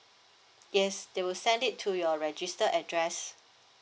yes they will send it to your registered address